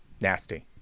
Nasty